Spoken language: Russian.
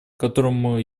которому